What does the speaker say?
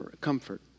comfort